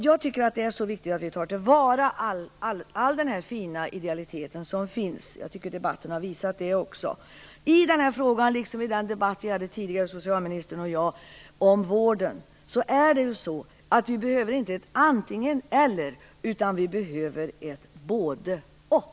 Jag tycker att det är viktigt att vi tar till vara all den fina idealitet som finns, och jag tycker att debatten har visat det också. I den här frågan, liksom i den debatt om vården som socialministern och jag hade tidigare, behöver vi inte ett "antingen eller" utan ett "både-och".